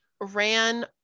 ran